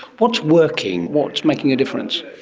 what's working? what's making a difference?